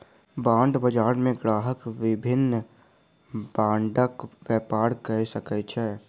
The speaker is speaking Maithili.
बांड बजार मे ग्राहक विभिन्न बांडक व्यापार कय सकै छै